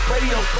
Radio